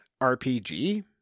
RPG